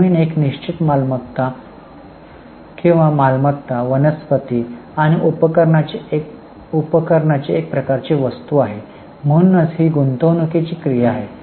जमीन एक निश्चित मालमत्ता किंवा मालमत्ता वनस्पती आणि उपकरणाची एक प्रकारची वस्तू आहे म्हणूनच ही गुंतवणूकीची क्रिया आहे